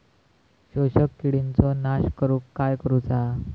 शोषक किडींचो नाश करूक काय करुचा?